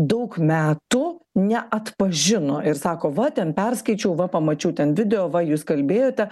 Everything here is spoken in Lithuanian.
daug metų neatpažino ir sako va ten perskaičiau va pamačiau ten video va jūs kalbėjote